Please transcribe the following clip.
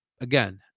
again